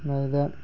ꯃꯗꯨꯗ